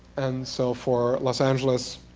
and so for los angeles,